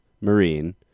Marine